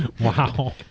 Wow